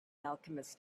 alchemist